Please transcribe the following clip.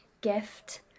gift